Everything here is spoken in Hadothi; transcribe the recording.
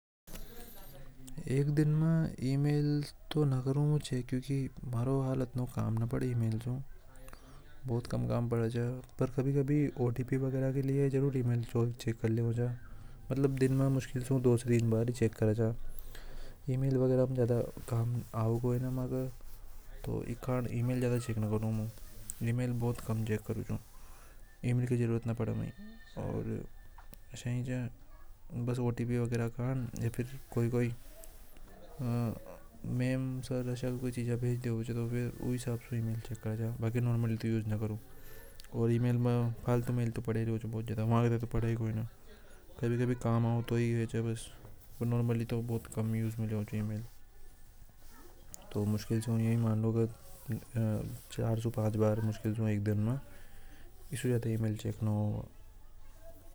एक दिन में ईमेल तो इतनों नि कारी मु चेक मारो उतारो काम नि पड़े महलब एक दिन में दो से तीन बार ही कारु। एक वगैरा ज्यादा कम नि आवे म्हारे ई कारण ईमेल ज्याद चेक नि करूं। कभी कभी ओटीपी वगैरह के लिए जरूर ईमेल चेक कर लेवे दूसरे दिन बाद हो चेक करे ईमेल वगैरा ज्यादा काम नि आवे माहके असहाय च ओटीपी वगेरह के लिए या फिर मेम सर भेज देवे छ कारण ईमेल चेक करु च फालतू मेल तो पद्य ही रेवे नारा सारा व तय तू कम। उसे में लेव च। तो मुश्किल से मान लो कि चार से पांच बार ईमेल चेक होवे छ।